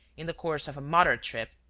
in the course of a motor-trip.